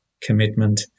commitment